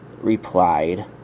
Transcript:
replied